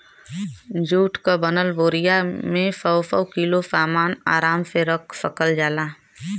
जुट क बनल बोरिया में सौ सौ किलो सामन आराम से रख सकल जाला